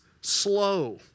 slow